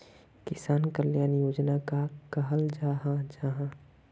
किसान कल्याण योजना कहाक कहाल जाहा जाहा?